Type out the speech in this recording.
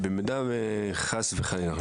במידה וחס וחלילה,